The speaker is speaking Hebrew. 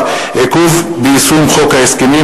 עיכוב ביישום חוק החסכמים,